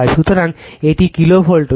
সুতরাং এটি কিলোভোল্টও